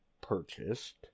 purchased